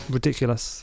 Ridiculous